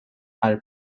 are